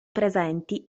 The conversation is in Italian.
presenti